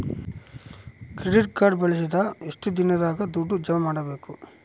Credit card ಬಳಸಿದ ಎಷ್ಟು ದಿನದಾಗ ದುಡ್ಡು ಜಮಾ ಮಾಡ್ಬೇಕು?